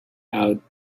out